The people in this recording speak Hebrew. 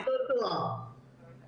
ובדיוק עוסקים במודל הזה.